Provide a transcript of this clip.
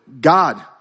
God